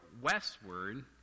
westward